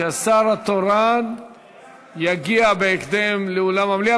שהשר התורן יגיע בהקדם לאולם המליאה.